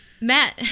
matt